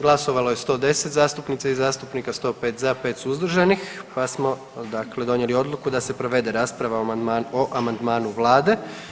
Glasovalo je 110 zastupnica i zastupnika, 105 za, 5 suzdržanih, pa smo dakle donijeli odluku da se provede rasprava o amandmanu vlade.